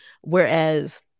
Whereas